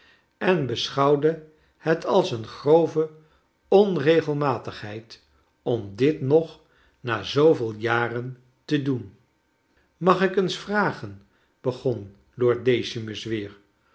en beschouwde het als een grove onregelmatigheid om dit nog na zooveel jaren te doen mag ik eens vragen begon lord decimus weer